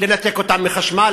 לנתק אותם מחשמל,